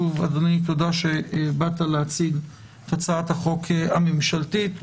אדוני, תודה שבאת להציג את הצעת החוק הממשלתית.